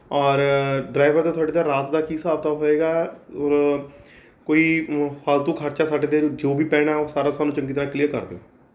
ਔਰ ਡਰਾਇਵਰ ਦਾ ਤੁਹਾਡੇ ਦਾ ਰਾਤ ਦਾ ਕੀ ਹਿਸਾਬ ਕਿਤਾਬ ਹੋਏਗਾ ਔਰ ਕੋਈ ਫ਼ਾਲਤੂ ਖਰਚਾ ਸਾਡੇ 'ਤੇ ਜੋ ਵੀ ਪੈਣਾ ਉਹ ਸਾਰਾ ਸਾਨੂੰ ਚੰਗੀ ਤਰ੍ਹਾਂ ਕਲੀਅਰ ਕਰ ਦਿਓ